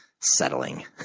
settling